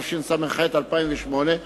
התשס"ח 2008,